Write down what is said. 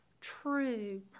true